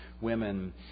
women